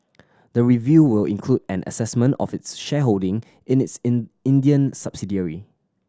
the review will include an assessment of its shareholding in its in Indian subsidiary